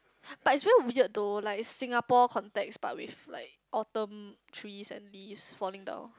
but is very weird though like Singapore context but with like Autumn trees and leaves falling down